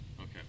Okay